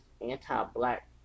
anti-black